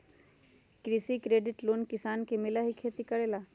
कृषि credit loan किसान के मिलहई खेती करेला?